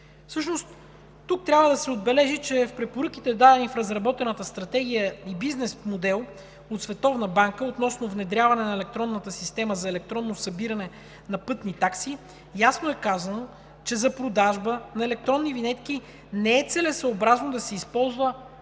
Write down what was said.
Всъщност тук трябва да се отбележи, че в препоръките, дадени в разработената стратегия и бизнес модел от Световната банка относно внедряване на електронната система за електронно събиране на пътни такси ясно е казано, че за продажба на електронни винетки не е целесъобразно да се използва